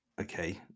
okay